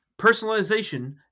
Personalization